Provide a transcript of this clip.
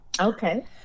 Okay